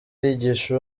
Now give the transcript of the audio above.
yigisha